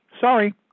Sorry